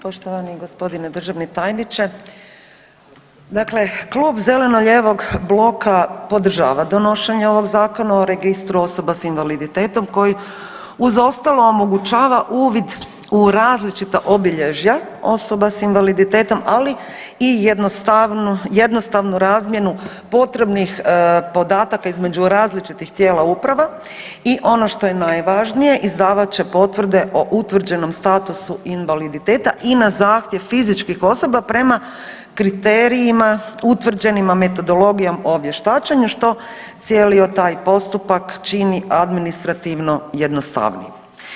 Poštovani g. državni tajniče, dakle Klub zeleno-lijevog bloka podržava donošenje ovog Zakona o registru osoba s invaliditetom koji uz ostalo omogućava uvid u različita obilježja osoba s invaliditetom, ali i jednostavnu, jednostavnu razmjenu potrebnih podataka između različitih tijela uprava i ono što je najvažnije izdavat će potvrde o utvrđenom statusu invaliditeta i na zahtjev fizičkih osoba prema kriterijima utvrđenima metodologijom o vještačenju, što cijeli taj postupak čini administrativno jednostavnijim.